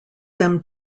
them